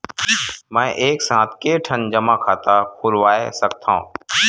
मैं एक साथ के ठन जमा खाता खुलवाय सकथव?